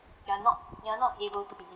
you are not you are not able to be